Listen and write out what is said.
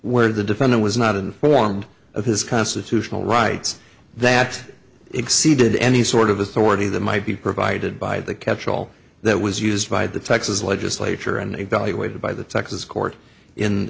where the defendant was not informed of his constitutional rights that exceeded any sort of authority that might be provided by the catchall that was used by the texas legislature and evaluated by the texas